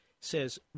says